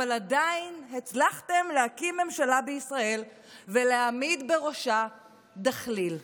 אבל עדיין הצלחתם להקים ממשלה בישראל ולהעמיד בראשה דחליל.